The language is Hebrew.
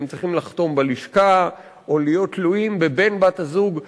הם צריכים לחתום בלשכה או להיות תלויים בבן-הזוג או בבת-הזוג.